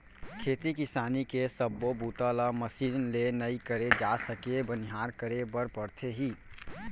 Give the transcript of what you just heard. खेती किसानी के सब्बो बूता ल मसीन ले नइ करे जा सके बनिहार करे बर परथे ही